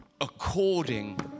according